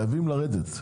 חייבים לרדת.